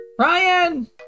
Ryan